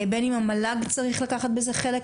בין אם המל"ג צריך לקחת חלק בזה,